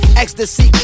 ecstasy